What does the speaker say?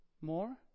more